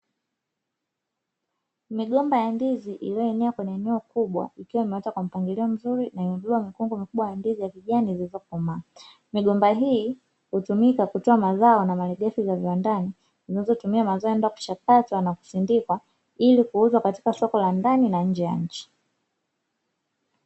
Migomba ya ndizi iliyoenea kwenye eneo kubwa ikiwa imeota kwa mpangilio mzuri na imebeba mikungu mikubwa ya ndizi ya kijani zilizokomaa. Migomba hii hutumika kutoa mazao na malighafi za viwandani, zinazotumia mazao yanayoenda kuchakatwa na kusindikwa ili kuuzwa katika soko la ndani na nje ya nchi.